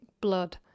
blood